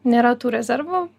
nėra tų rezervų